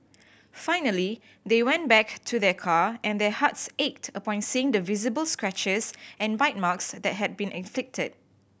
finally they went back to their car and their hearts ached upon seeing the visible scratches and bite marks that had been inflicted